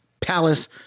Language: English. palace